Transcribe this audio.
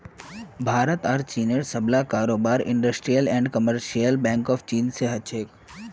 भारत आर चीनेर सबला कारोबार industrial and commercial bank of China स हो छेक